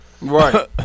Right